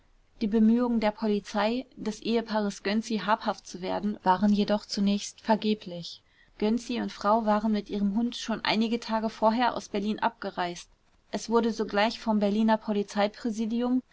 die bemühungen der polizei des ehepaares gönczi habhaft zu werden waren jedoch zunächst vergeblich gönczi und frau waren mit ihrem hund schon einige tage vorher aus berlin abgereist es wurde sogleich vom berliner polizeipräsidium